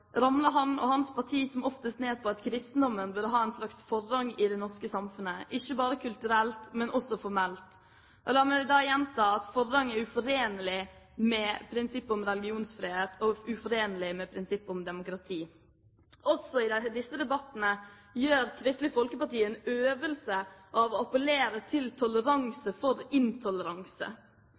han og hans parti som oftest ned på at kristendommen burde ha en slags forrang i det norske samfunnet, ikke bare kulturelt, men også formelt. La meg da gjenta at forrang er uforenlig med prinsippet om religionsfrihet og uforenlig med prinsippet om demokrati. Også i disse debattene gjør Kristelig Folkeparti en øvelse av å appellere til toleranse for intoleranse.